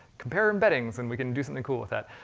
compare embeddings, and we can do something cool with that.